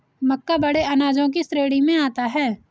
मक्का बड़े अनाजों की श्रेणी में आता है